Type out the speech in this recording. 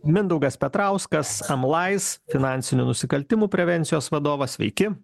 mindaugas petrauskas em lais finansinių nusikaltimų prevencijos vadovas sveiki